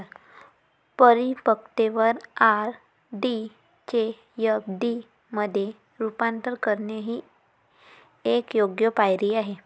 परिपक्वतेवर आर.डी चे एफ.डी मध्ये रूपांतर करणे ही एक योग्य पायरी आहे